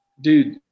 Dude